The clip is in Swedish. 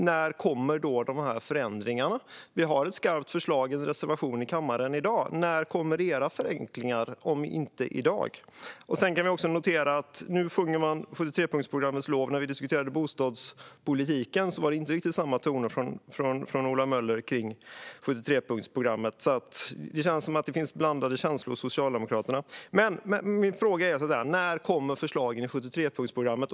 När kommer då förändringarna? Vi har ett skarpt förslag i en reservation i kammaren i dag. När kommer era förslag till förenklingar, om inte i dag? Nu sjunger man 73-punktsprogrammets lov. Men när vi diskuterade bostadspolitiken var det inte riktigt samma toner från Ola Möller kring 73punktsprogrammet, så det känns som att det är blandade känslor hos Socialdemokraterna. Mina frågor är: När kommer förslagen i 73-punktsprogrammet?